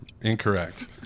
Incorrect